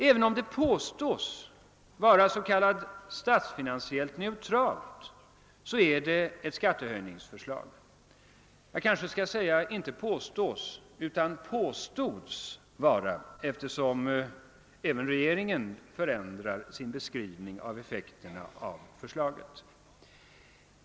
Även om det påstås vara vad man kallar statsfinansiellt neutralt är det ett skattehöjningsförslag — jag kanske inte skall säga »påstås vara» utan »påstods vara«, eftersom även regeringen nu förändrar sin beskrivning av förslagets effekter.